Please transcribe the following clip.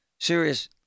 Serious